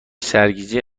سرگیجه